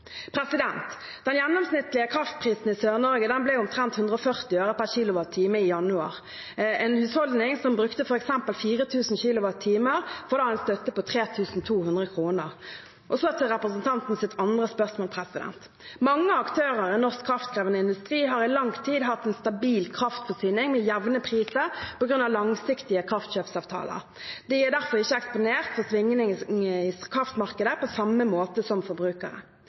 Den gjennomsnittlige kraftprisen i Sør-Norge ble omtrent 140 øre per kilowattime i januar. En husholdning som brukte f.eks. 4 000 kilowattimer, får da en støtte på 3 200 kr. Så til representantens andre spørsmål: Mange aktører i norsk kraftkrevende industri har i lang tid hatt en stabil kraftforsyning med jevne priser på grunn av langsiktige kraftkjøpsavtaler. De er derfor ikke eksponert for svingningene i kraftmarkedet på samme måte som